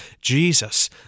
Jesus